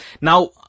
Now